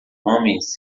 homens